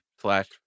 slash